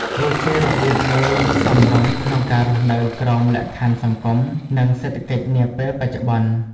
វាជារបៀបមួយសមរម្យក្នុងការរស់នៅក្រោមលក្ខខណ្ឌសង្គម និង សេដ្ឋកិច្ចនាពេលបច្ចុប្បន្ន។